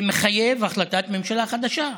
זה מחייב החלטת ממשלה חדשה.